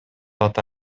ата